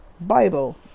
bible